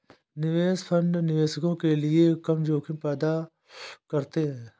निवेश फंड निवेशकों के लिए कम जोखिम पैदा करते हैं